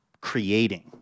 creating